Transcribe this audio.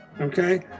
okay